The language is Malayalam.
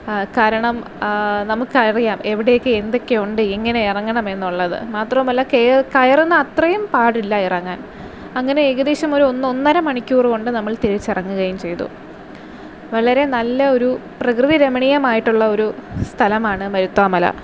കാരണം നമുക്ക് അറിയാം എവിടെ ഒക്കെ എന്തൊക്കെയുണ്ട് എങ്ങനെ ഇറങ്ങണമെന്നുള്ളത് മാത്രവുമല്ല കയറുന്ന അത്രയും പാടില്ല ഇറങ്ങാൻ അങ്ങനെ ഏകദേശം ഒരു ഒന്നര മണിക്കൂർ കൊണ്ട് നമ്മൾ തിരിച്ചിറങ്ങുകയും ചെയ്തു വളരെ നല്ല ഒരു പ്രകൃതി രമണീയമായിട്ടുള്ള ഒരു സ്ഥലമാണ് മരുത്വ മല